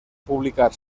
publicar